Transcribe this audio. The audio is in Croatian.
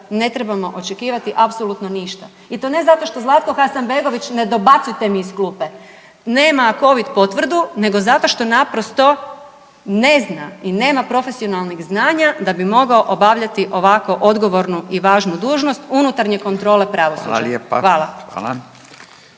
ne trebamo očekivati apsolutno ništa. I to ne zato što Zlatko Hasanbegović, ne dobacujte mi iz klupe nema covid potvrdu, nego zato što naprosto ne zna i nema profesionalnih znanja da bi mogao obavljati ovako odgovornu i važnu dužnost unutarnje kontrole pravosuđa. Hvala.